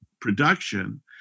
production